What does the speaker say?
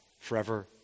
forever